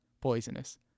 poisonous